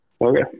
Okay